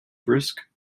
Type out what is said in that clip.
brisk